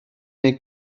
neu